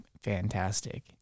fantastic